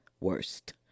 worst